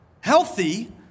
Healthy